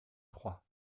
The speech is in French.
trois